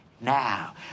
Now